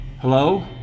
Hello